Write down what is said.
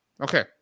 Okay